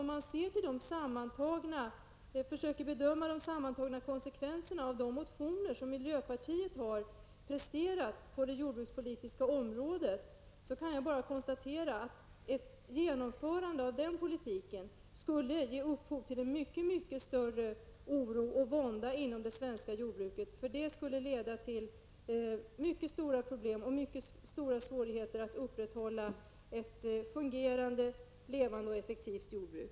Om man försöker bedöma de sammantagna konsekvenserna av de motioner som miljöpartiet har presterat på det jordbrukspolitiska området, kan jag bara konstatera att ett genomförande av den politiken skulle ge upphov till en mycket större oro och vånda inom det svenska jordbruket, eftersom miljöpartiets jordbrukspolitik skulle leda till mycket stora problem och svårigheter när det gäller att upprätthålla ett fungerande, levande och effektivt jordbruk.